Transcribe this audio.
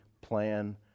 plan